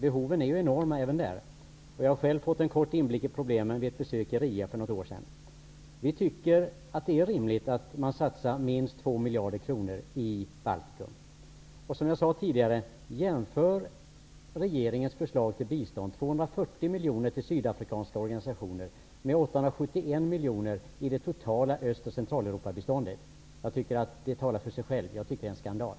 Behoven är enorma även där. Jag har själv fått inblick i problemen vid ett besök i Riga för något år sedan. Vi tycker att det är rimligt att satsa minst 2 miljarder kronor i Baltikum. Jämför regeringens förslag till bistånd, nämligen 240 miljoner kronor till sydafrikanska organisationer, med 871 miljoner kronor i det totala biståndet till Öst och Centraleuropa! Jag tycker att det talar för sig själv. Det är en skandal.